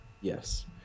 yes